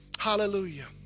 hallelujah